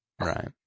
Right